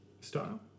style